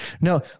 no